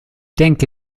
denke